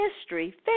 history